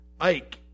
Ike